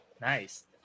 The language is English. Nice